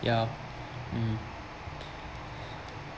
ya mm